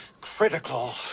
Critical